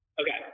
okay